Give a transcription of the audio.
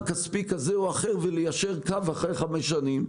כספי כזה או אחר וליישר קו אחרי שנים,